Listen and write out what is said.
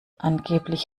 angeblich